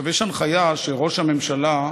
יש הנחיה שראש הממשלה,